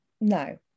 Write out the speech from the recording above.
no